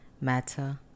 matter